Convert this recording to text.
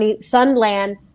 Sunland